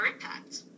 impact